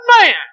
man